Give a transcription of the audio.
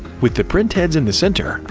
with the printheads in the center,